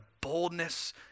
boldness